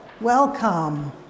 Welcome